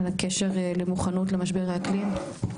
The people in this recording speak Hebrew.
על הקשר למוכנות למשבר האקלים.